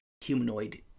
humanoid